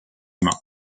main